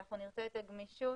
אנחנו נרצה את הגמישות